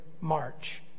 March